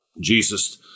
Jesus